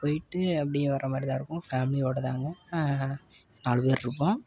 போய்ட்டு அப்படியே வரமாதிரிதான் இருக்கும் ஃபேமிலியோடு தான்ங்க நாலு பேர் இருக்கோம்